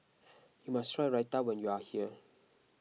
you must try Raita when you are here